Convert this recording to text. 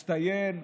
מצטיין.